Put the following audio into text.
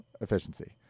efficiency